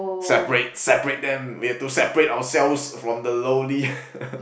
separate separate them we have to separate ourselves from the lowly